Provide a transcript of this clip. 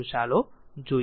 ચાલો જોઈએ